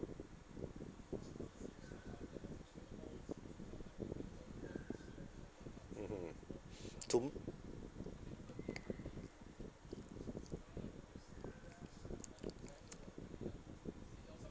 mmhmm to m~